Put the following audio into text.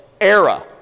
era